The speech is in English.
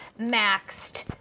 maxed